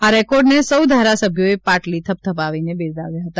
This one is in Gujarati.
આ રેકોર્ડને સૌ ધારાસભ્યોએ પાટલી થપથપાવીને બિરદાવ્યો હતો